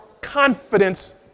confidence